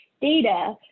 data